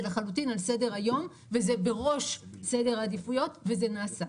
לחלוטין על סדר היום וזה בראש סדר העדיפויות וזה נעשה,